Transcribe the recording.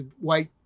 white